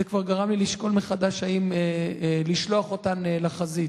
זה כבר גרם לי לשקול מחדש אם לשלוח אותן לחזית.